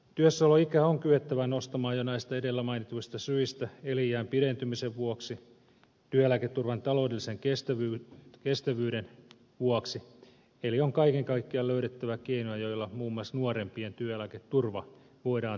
työssäoloikää on kyettävä nostamaan jo näistä edellä mainituista syistä eliniän pidentymisen vuoksi työeläketurvan taloudellisen kestävyyden vuoksi eli on kaiken kaikkiaan löydettävä keinoja joilla muun muassa nuorempien työeläketurva voidaan tulevaisuudessa turvata